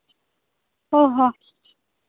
ᱦᱚᱸ ᱦᱚᱸ